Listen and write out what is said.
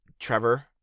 Trevor